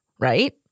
Right